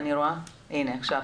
בבקשה.